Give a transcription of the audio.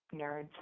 nerds